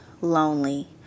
lonely